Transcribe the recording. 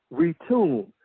retune